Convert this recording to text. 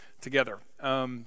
together